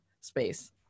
space